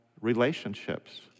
relationships